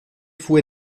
fue